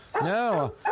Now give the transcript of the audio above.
no